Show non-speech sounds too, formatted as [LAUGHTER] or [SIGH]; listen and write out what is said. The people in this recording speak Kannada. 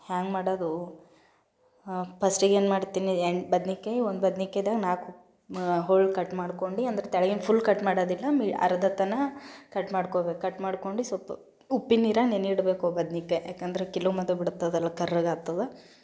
ಹ್ಯಾಂಗೆ ಮಾಡೋದು ಪಸ್ಟಿಗೆ ಏನು ಮಾಡ್ತೀನಿ ಎಂಟು ಬದ್ನಿಕಾಯಿ ಒಂದು ಬದ್ನಿಕಾಯ್ದಾಗೆ ನಾಲ್ಕು ಹೋಳು ಕಟ್ ಮಾಡ್ಕೊಂಡು ಅಂದ್ರೆ ತೆಳಗಿಂದು ಫುಲ್ ಕಟ್ ಮಾಡೋದಿಲ್ಲ ಮಿ ಅರ್ಧ ತನಕ ಕಟ್ ಮಾಡ್ಕೋಬೇಕು ಕಟ್ ಮಾಡ್ಕೊಂಡು ಸಲ್ಪ್ ಉಪ್ಪಿನ ನೀರಾಗ ನೆನೆ ಇಡಬೇಕು ಬದ್ನಿಕಾಯಿ ಯಾಕಂದ್ರೆ [UNINTELLIGIBLE] ಕರ್ರಗಾಗ್ತದೆ